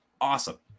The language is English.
awesome